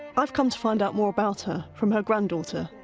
i've come to find out more about her from her granddaughter,